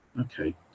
Okay